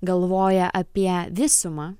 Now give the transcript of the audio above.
galvoja apie visumą